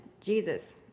Jesus